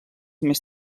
més